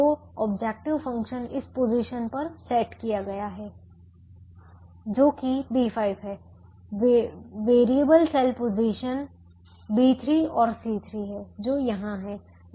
तो objective function इस position पर सेट किया गया है जो कि B5 है वैरिएबल सेल पोजिशन B3 और C3 हैं जो यहां हैं